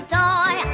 toy